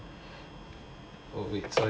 oh wait sorry ah